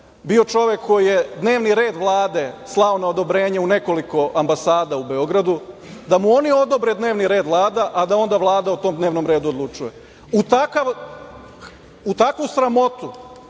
bio čovek koji je dnevni red Vlade slao na odobrenje u nekoliko ambasada u Beogradu da mu oni odbore dnevni red Vlade, a da onda Vlada o tom dnevnom redu odlučuje. U takvu sramotu